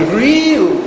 real